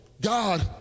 God